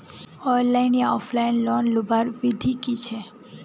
Online या offline loan लुबार विधि की छे?